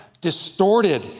distorted